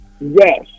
Yes